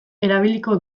erabiliko